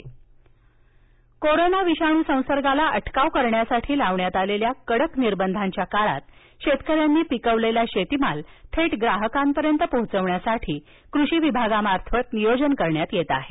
खरीपपूर्व हंगाम बैठक कोरोना विषाणू संसर्गाला अटकाव करण्यासाठी लावण्यात आलेल्या कडक निर्बंधांच्या काळात शेतकऱ्यांनी पिकवलेला शेतमाल थेट ग्राहकांपर्यंत पोहचविण्यासाठी कृषी विभागामार्फत नियोजन करण्यात येत आहे